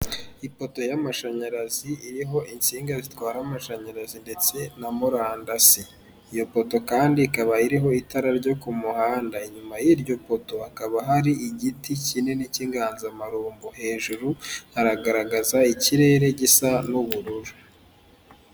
Ipoto y'amashanyarazi iriho insinga zitwara amashanyarazi ndetse na murandasi iyo poto kandi ikaba iriho itara ryo ku muhanda inyuma y'iryo poto hakaba hari igiti kinini cy'inganzamarumbo hejuru hagaragaza ikirere gisa n'ubururu.